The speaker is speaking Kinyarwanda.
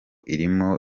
irimo